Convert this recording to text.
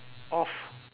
off